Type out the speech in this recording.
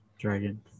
dragon